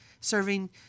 serving